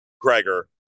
Gregor